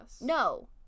No